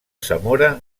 zamora